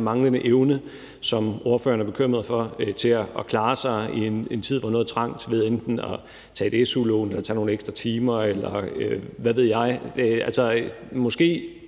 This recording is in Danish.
mangler den her evne, som ordføreren er bekymret for, til at klare sig i en tid, hvor noget er trangt, ved enten at tage et su-lån eller tage nogle ekstra timer, eller hvad ved jeg. Altså, måske